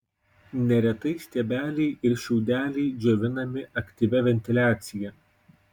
neretai stiebeliai ir šiaudeliai džiovinami aktyvia ventiliacija